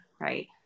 right